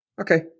Okay